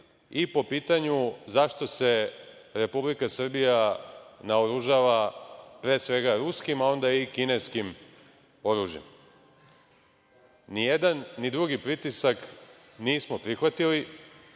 i po pitanju zašto se Republika Srbija naoružava pre svega ruskim a onda i kineskim oružjem. Ni jedan ni drugi pritisak nismo prihvatili.